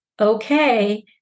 okay